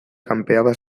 campeaba